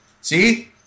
see